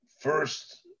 First